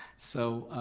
so